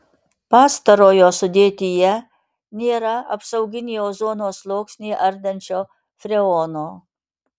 pastarojo sudėtyje nėra apsauginį ozono sluoksnį ardančio freono